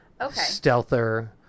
stealther